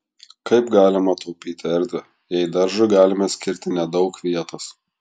kaip galima taupyti erdvę jei daržui galime skirti nedaug vietos